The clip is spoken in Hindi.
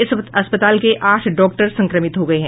इस अस्पताल के आठ डॉक्टर संक्रमित हो गये हैं